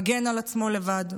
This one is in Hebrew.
מגן על עצמו לבד,